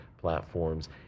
platforms